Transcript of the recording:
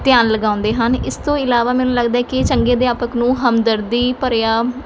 ਧਿਆਨ ਲਗਾਉਂਦੇ ਹਨ ਇਸ ਤੋਂ ਇਲਾਵਾ ਮੈਨੂੰ ਲੱਗਦਾ ਕਿ ਇਹ ਚੰਗੇ ਅਧਿਆਪਕ ਨੂੰ ਹਮਦਰਦੀ ਭਰਿਆ